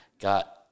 got